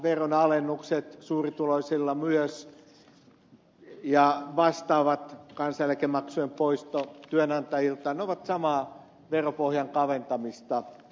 veronalennukset suurituloisilla myös ja vastaavat kansaneläkemaksujen poisto työnantajilta ne ovat samaa veropohjan kaventamista